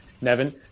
Nevin